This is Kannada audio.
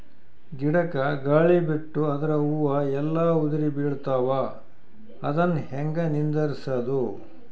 ಗಿಡಕ, ಗಾಳಿ ಬಿಟ್ಟು ಅದರ ಹೂವ ಎಲ್ಲಾ ಉದುರಿಬೀಳತಾವ, ಅದನ್ ಹೆಂಗ ನಿಂದರಸದು?